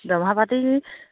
দৰমহা পাতি